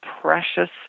precious